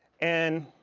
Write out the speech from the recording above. and